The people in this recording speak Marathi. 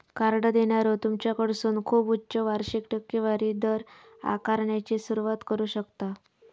कार्ड देणारो तुमच्याकडसून खूप उच्च वार्षिक टक्केवारी दर आकारण्याची सुरुवात करू शकता